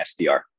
SDR